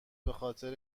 بخاطر